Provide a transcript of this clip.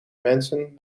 mensen